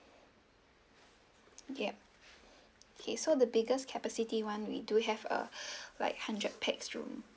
yup okay so the biggest capacity one we do have a like hundred pax room